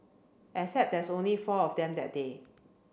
except there's only four of them that day